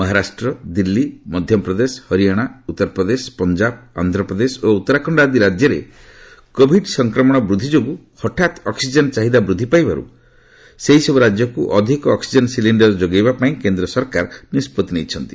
ମହାରାଷ୍ଟ୍ର ଦିଲ୍ଲୀ ମଧ୍ୟପ୍ରଦେଶ ହରିୟାଣା ଉତ୍ତର ପ୍ରଦେଶ ପଞ୍ଜାବ ଆନ୍ଧ୍ରପ୍ରଦେଶ ଓ ଉତ୍ତରାଖଣ୍ଡ ଆଦି ରାଜ୍ୟରେ କୋଭିଡ୍ ସଂକ୍ରମଣ ବୃଦ୍ଧି ଯୋଗୁଁ ହଠାତ୍ ଅକ୍ଟିଜେନ୍ ଚାହିଦା ବୃଦ୍ଧି ପାଇବାରୁ ସେହିସବୁ ରାଜ୍ୟକୁ ଅଧିକ ଅକ୍ଟିଜେନ୍ ସିଲିଶ୍ଡର ଯୋଗାଇବାପାଇଁ କେନ୍ଦ୍ର ସରକାର ନିଷ୍ପତ୍ତି ନେଇଛନ୍ତି